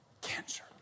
cancer